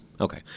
Okay